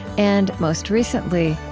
and most recently,